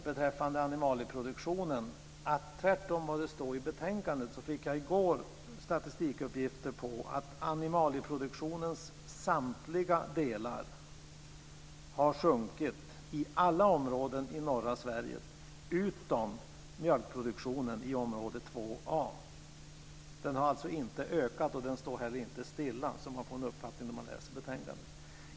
Beträffande animalieproduktionen fick jag i går statistikuppgifter om att animalieproduktionens samtliga delar har minskat i alla områden i norra Sverige utom mjölkproduktionen i område 2a, tvärtemot vad som står i betänkandet. Den har alltså inte ökat och står inte heller stilla - den uppfattningen får man om man läser betänkandet.